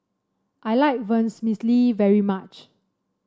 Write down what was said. I like Vermicelli very much